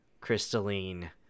crystalline